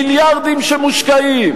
מיליארדים שמושקעים.